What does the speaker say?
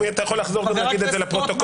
אם אתה יכול לחזור ולהגיד את זה לפרוטוקול,